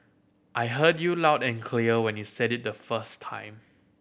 I heard you loud and clear when you said it the first time